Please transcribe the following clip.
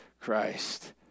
Christ